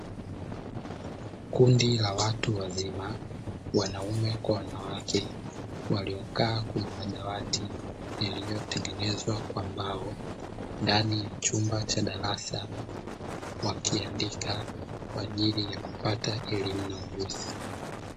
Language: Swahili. Kundi la watu wazima wanaume kwa wanawake waliokaa kwenye madawati yaliyotengenezwa kwa mbao ndani ya chumba cha darasa, wakiandika kwaajili ya kupata elimu na ujuzi.